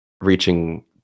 reaching